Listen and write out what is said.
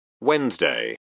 Wednesday